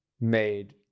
made